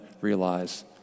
realize